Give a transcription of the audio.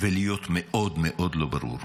ולהיות מאוד מאוד לא ברור.